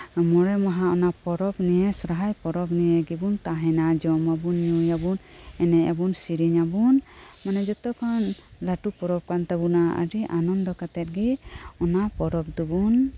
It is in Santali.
ᱢᱚᱲᱮ ᱢᱟᱦᱟ ᱚᱱᱟ ᱯᱚᱨᱚᱵ ᱱᱤᱭᱮ ᱥᱚᱦᱨᱟᱭ ᱯᱚᱨᱚᱵ ᱱᱤᱭᱮᱜᱤᱵᱩᱱ ᱛᱟᱦᱮᱱᱟ ᱡᱚᱢᱟᱵᱩᱱ ᱧᱩᱭᱟᱵᱩᱱ ᱮᱱᱮᱡ ᱟᱵᱩᱱ ᱥᱤᱨᱤᱧ ᱟᱵᱩᱱ ᱢᱟᱱᱮ ᱡᱚᱛᱚᱠᱷᱚᱱ ᱞᱟᱹᱴᱩ ᱯᱚᱨᱚᱵ ᱠᱟᱱᱛᱟᱵᱩᱱᱟ ᱟᱹᱰᱤ ᱟᱱᱚᱱᱫᱚ ᱠᱟᱛᱮᱜ ᱜᱤ ᱚᱱᱟ ᱯᱚᱨᱚᱵ ᱫᱩᱵᱩᱱ